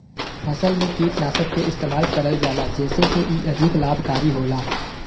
फसल में कीटनाशक के इस्तेमाल करल जाला जेसे की इ अधिक लाभकारी होला